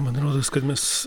man rodos kad mes